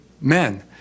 men